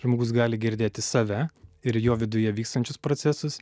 žmogus gali girdėti save ir jo viduje vykstančius procesus